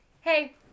Hey